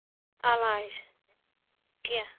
علاج کیٚنہہ